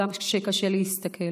גם כשקשה להסתכל.